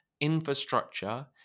infrastructure